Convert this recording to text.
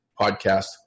podcast